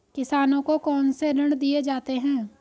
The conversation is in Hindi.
किसानों को कौन से ऋण दिए जाते हैं?